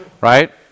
right